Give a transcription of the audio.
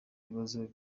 ikibazo